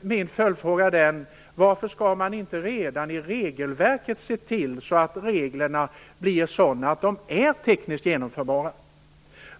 mina följdfrågor blir: Varför inte redan i regelverket se till att reglerna blir sådana att de är tekniskt genomförbara?